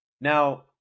Now